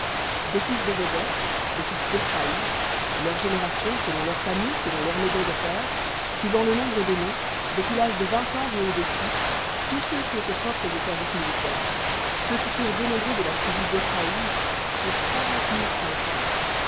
des fils de joseph des fils d'éphraïm leurs générations selon leurs familles selon leurs maisons de pères suivant le nombre des noms depuis l'âge de vingt ans et au-dessus tous ceux qui étaient propres au service militaire ceux qui furent dénombrés de la tribu d'éphraïm furent